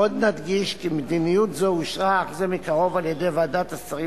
עוד נדגיש כי מדיניות זו אושרה אך זה מקרוב על-ידי ועדת השרים